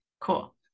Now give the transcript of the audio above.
cool